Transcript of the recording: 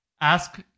ask